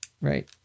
Right